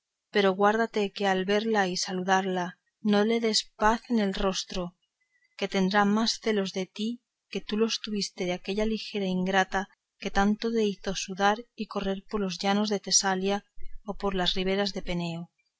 pero guárdate que al verla y saludarla no le des paz en el rostro que tendré más celos de ti que tú los tuviste de aquella ligera ingrata que tanto te hizo sudar y correr por los llanos de tesalia o por las riberas de peneo